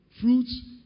fruits